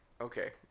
Okay